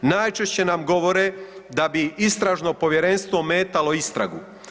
Najčešće nam govore da bi Istražno povjerenstvo ometalo istragu.